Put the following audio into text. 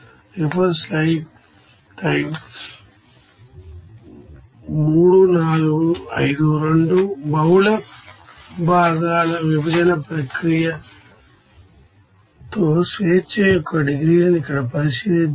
multi component separation process degrees of freedom తో ఇక్కడ పరిశీలిద్దాం